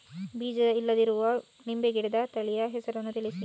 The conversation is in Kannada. ಬೀಜ ಇಲ್ಲದಿರುವ ನಿಂಬೆ ಗಿಡದ ತಳಿಯ ಹೆಸರನ್ನು ತಿಳಿಸಿ?